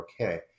okay